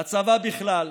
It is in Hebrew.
בצבא בכלל,